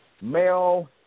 Male